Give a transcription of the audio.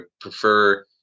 prefer